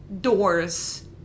doors